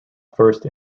first